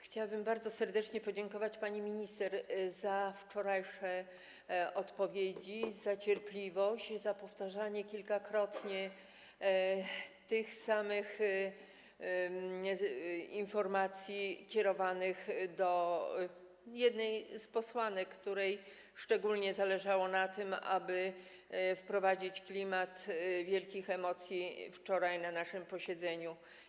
Chciałabym bardzo serdecznie podziękować pani minister za wczorajsze odpowiedzi, za cierpliwość, za kilkakrotne powtarzanie tych samych informacji kierowanych do jednej z posłanek, której szczególnie zależało na tym, aby wprowadzić klimat wielkich emocji wczoraj na naszym posiedzeniu.